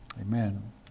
Amen